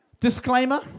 Disclaimer